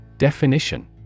Definition